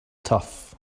tough